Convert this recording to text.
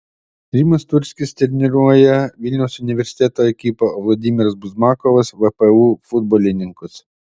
rimas turskis treniruoja vilniaus universiteto ekipą o vladimiras buzmakovas vpu futbolininkus